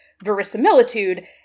verisimilitude